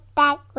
back